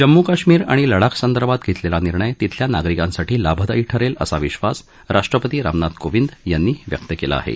जम्मू काश्मीर आणि लडाखसंदर्भात घत्मित्ती निर्णय तिथल्या नागरिकांसाठी लाभदायी ठरल्ती असा विश्वास राष्ट्रपती रामनाथ कोविद यांनी व्यक्त कला आहा